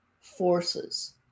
forces